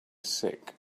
sick